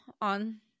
on